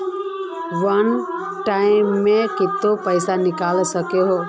वन time मैं केते पैसा निकले सके है?